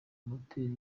moteri